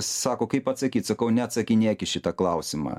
sako kaip atsakyt sakau neatsakinėk į šitą klausimą